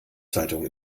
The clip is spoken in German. zeitung